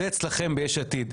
זה אצלכם ביש עתיד,